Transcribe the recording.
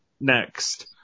Next